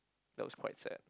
that was quite sad